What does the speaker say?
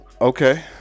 okay